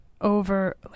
over